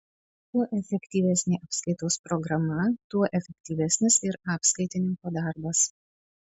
kuo efektyvesnė apskaitos programa tuo efektyvesnis ir apskaitininko darbas